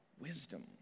wisdom